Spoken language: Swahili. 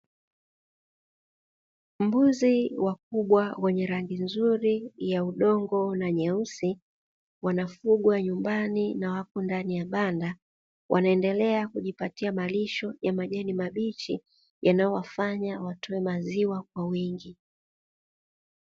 Mbuzi wakubwa wenye rangi nzuri ya udongo na nyeusi, wanafugwa nyumbani na wapo ndani ya banda wanaendelea kujipatia malisho ya majani mabichi yanayowafanya watoe maziwa kwa wingi.